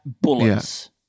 bullets